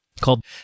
called